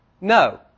no